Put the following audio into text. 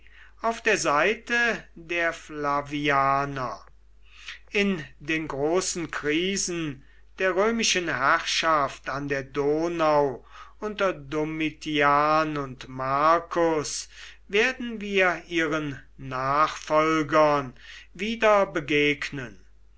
auf der seite der flavianer in den großen krisen der römischen herrschaft an der donau unter domitian und marcus werden wir ihren nachfolgern wieder begegnen